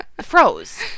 froze